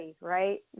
right